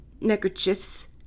neckerchiefs